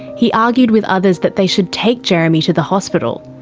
he argued with others that they should take jeremy to the hospital.